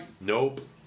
Nope